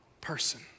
person